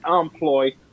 employ